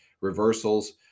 reversals